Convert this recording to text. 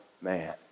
man